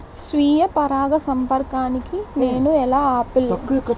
స్వీయ పరాగసంపర్కాన్ని నేను ఎలా ఆపిల్?